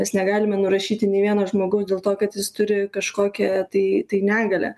mes negalime nurašyti nei vieno žmogaus dėl to kad jis turi kažkokią tai tai negalią